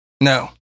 No